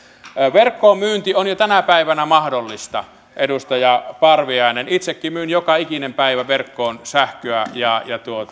verkkoon myynti on jo tänä päivänä mahdollista edustaja parviainen itsekin myyn joka ikinen päivä verkkoon sähköä ja